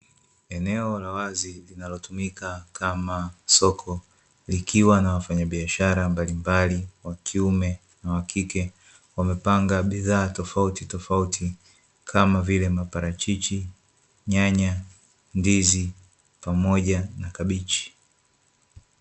Eneo la wazi linalotumika kama soko likiwa na wafanyibiashara mbalimbali wakiume na wakike, wamepanga bidhaa tofautitofauti kama vile; maparachichi, nyanya, ndizi pamoja na kabichi.